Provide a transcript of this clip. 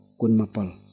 kunmapal